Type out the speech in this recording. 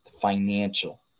financial